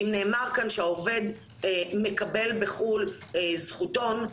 אם נאמר כאן שהעובד מקבל בחו"ל זכותון,